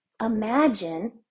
imagine